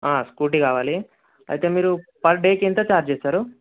scooty కావాలి అయితే మీరు పర్ డేకి ఎంత ఛార్జ్ చేస్తారు